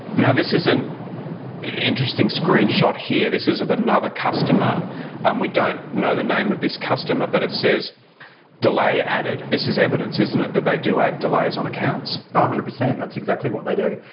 now, this is an interesting screenshot here. this is of another customer and we don't know the name of this customer, but it says delay added. this is evidence, isn't it, that they do add delays on accounts? one ah hundred percent. that's exactly what they do.